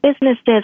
businesses